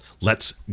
Let's